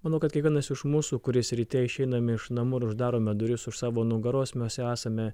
manau kad kiekvienas iš mūsų kuris ryte išeinam iš namų ir uždarome duris už savo nugaros mes esame